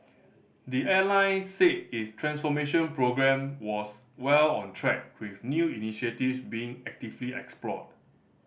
the airline said its transformation programme was well on track with new initiatives being actively explored